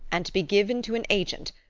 and to be given to an agent,